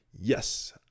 Yes